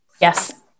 Yes